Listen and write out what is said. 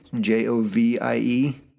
J-O-V-I-E